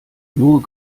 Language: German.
nur